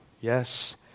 Yes